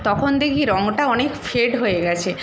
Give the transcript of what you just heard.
তখন দেখি রংটা অনেক ফেড হয়ে গিয়েছে